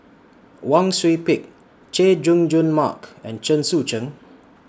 Wang Sui Pick Chay Jung Jun Mark and Chen Sucheng